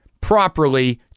properly